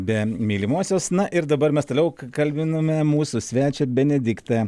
be mylimosios na ir dabar mes toliau k kalbiname mūsų svečią benediktą